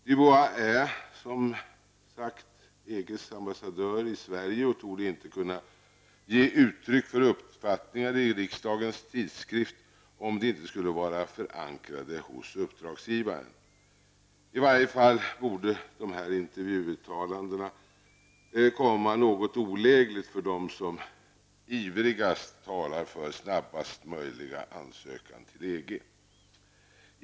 Dubois är, som sagts EGs ambassadör i Sverige och torde inte kunna ge uttryck för uppfattningar i riksdagens tidskrift om de inte skulle vara förankrade hos uppdragsgivaren. I varje fall borde dessa intervjuuttalanden komma något olägligt för dem som ivrigast talar för snabbast möjliga ansökan till EG.